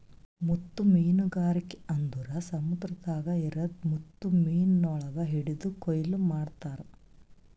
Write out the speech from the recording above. ಮುತ್ತು ಮೀನಗಾರಿಕೆ ಅಂದುರ್ ಸಮುದ್ರದಾಗ್ ಇರದ್ ಮುತ್ತು ಮೀನಗೊಳ್ ಹಿಡಿದು ಕೊಯ್ಲು ಮಾಡ್ತಾರ್